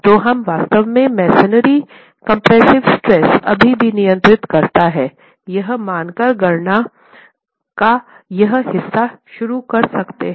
तो हम वास्तव में मसोनरी कंप्रेसिव स्ट्रेस अभी भी नियंत्रित करता है यह मानकर गणना का यह हिस्सा शुरू कर सकते हैं